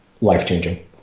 life-changing